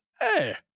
Hey